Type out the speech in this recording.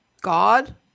God